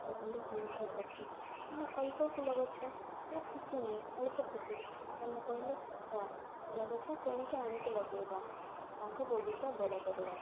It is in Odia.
ମୁଁ କହିଲି ହଉ ଠିକ୍ ଅଛି ହେଲେ ଅଳ୍ପ ଫୁଲ ଗଛ ସେ ଖୁସି ନାହିଁ ଅଳ୍ପ ଖୁସି ହେଲେ ମୁଁ କହିଲି ଫୁଲ ଗଛ କିଣିକି ଆଣିକି ଲଗାଇବ ତାଙ୍କ ବଗିଚା ବଡ଼ କରିବା